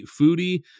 Foodie